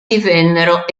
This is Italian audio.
divennero